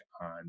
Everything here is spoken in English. on